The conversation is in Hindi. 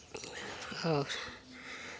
और